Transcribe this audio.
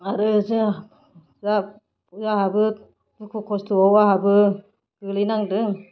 आरो जोंहाबो दुखु कस्त'आव आंहाबो गोग्लैनांदों